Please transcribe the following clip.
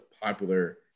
popular